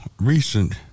recent